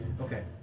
Okay